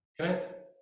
correct